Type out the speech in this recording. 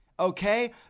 Okay